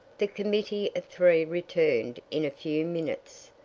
the committee of three returned in a few minutes,